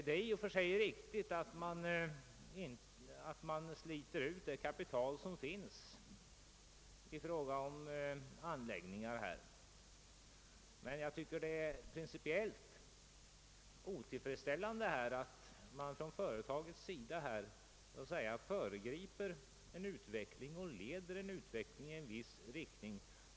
Det är i och för sig riktigt att man sliter ut det kapital som är nedlagt i anläggningar, men jag tycker att det är principiellt otillfredsställande att företaget på detta sätt föregriper och styr utvecklingen i en viss riktning.